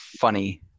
funny